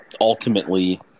ultimately